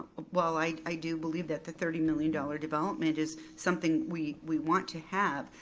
while like i do believe that the thirty million dollars development is something we we want to have,